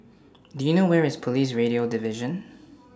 Do YOU know Where IS Police Radio Division